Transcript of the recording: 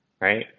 right